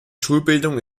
schulbildung